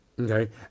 Okay